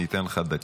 ניתן לך דקה.